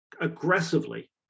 aggressively